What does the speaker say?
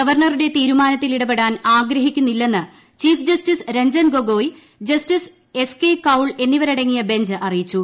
ഗവർണറുടെ തീരുമാനത്തിൽ ഇടപെടാൻ ആഗ്രഹിക്കുന്നില്ലെന്ന് chief justice Ranjan Gogoi justice S K Kaul എന്നിവരടങ്ങിയ ബഞ്ച് അറിയിച്ചു